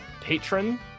patron